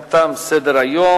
גם תם סדר-היום.